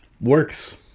works